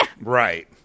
Right